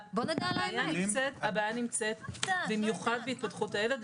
הבעיה נמצאת במיוחד בהתפתחות הילד,